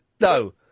No